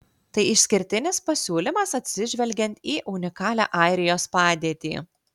tai išskirtinis pasiūlymas atsižvelgiant į unikalią airijos padėtį